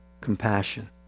compassion